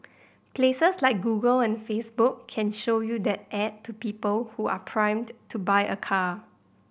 places like Google and Facebook can show you that ad to people who are primed to buy a car